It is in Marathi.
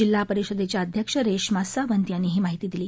जिल्हा परिषदेच्या अध्यक्ष रेश्मा सावंत यांनी ही माहिती दिली